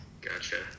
Gotcha